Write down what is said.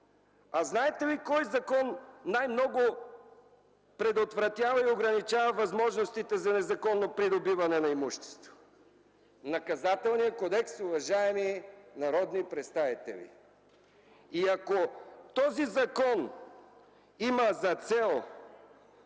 А знаете ли кой закон най-много предотвратява и ограничава възможностите за незаконно придобиване на имущество? Наказателният кодекс, уважаеми народни представители! И ако този закон има за цел,